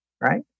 right